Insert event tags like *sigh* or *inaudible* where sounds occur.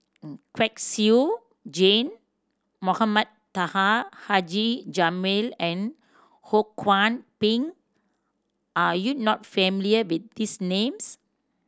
*hesitation* Kwek Siew Jin Mohamed Taha Haji Jamil and Ho Kwon Ping are you not familiar with these names